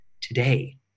today